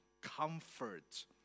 comfort